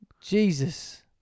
Jesus